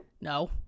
No